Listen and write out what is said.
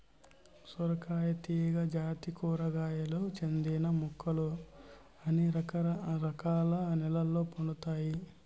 సొరకాయ తీగ జాతి కూరగాయలకు చెందిన మొక్కలు అన్ని రకాల నెలల్లో పండుతాయి